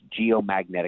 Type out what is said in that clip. geomagnetic